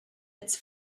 its